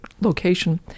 location